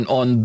on